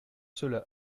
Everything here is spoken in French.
cela